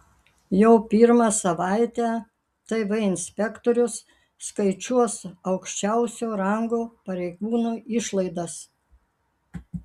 jau pirmą savaitę tv inspektorius skaičiuos aukščiausio rango pareigūnų išlaidas